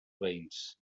veïns